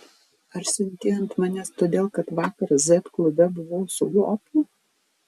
ar siunti ant manęs todėl kad vakar z klube buvau su lopu